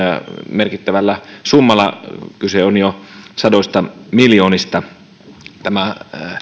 merkittävällä summalla kyse on jo sadoista miljoonista tämä